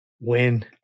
Win